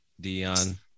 Dion